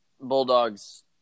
Bulldog's